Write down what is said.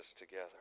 together